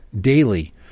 daily